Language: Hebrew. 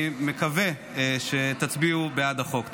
אני מקווה שתצביעו בעד החוק.